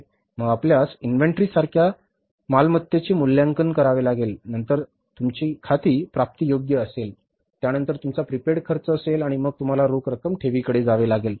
मग आपल्यास इन्व्हेंटरी सारख्या सद्य मालमत्तेचे मूल्यांकन करावे लागेल नंतर तुमचे खाती प्राप्तीयोग्य असेल त्यानंतर तुमचा प्रीपेड खर्च असेल आणि मग तुम्हाला रोख रक्कम ठेवीकडे जावे लागेल